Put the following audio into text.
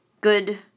good